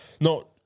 No